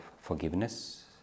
forgiveness